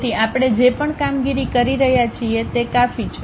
તેથી આપણે જે પણ કામગીરી કરી રહ્યા છીએ તે કાપી છે